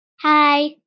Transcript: Hi